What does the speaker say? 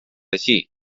així